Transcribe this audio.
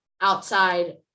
outside